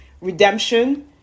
redemption